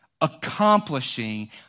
accomplishing